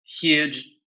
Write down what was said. huge